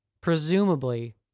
presumably